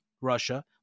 Russia